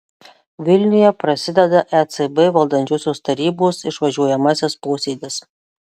vilniuje prasideda ecb valdančiosios tarybos išvažiuojamasis posėdis